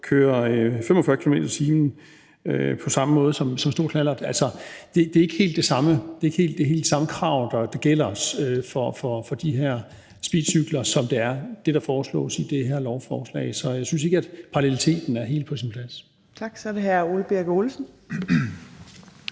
køre 45 km/t. på samme måde som stor knallert. Altså, det er ikke helt samme krav, der gælder for de her speedcykler, som det, der foreslås i det her lovforslag. Så jeg synes ikke, at paralleliteten er helt på sin plads. Kl. 14:33 Fjerde næstformand